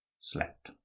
slept